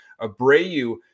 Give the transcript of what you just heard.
Abreu